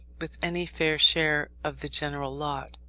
with any fair share of the general lot.